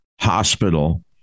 hospital